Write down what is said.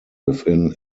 within